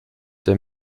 der